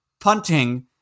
punting